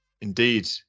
Indeed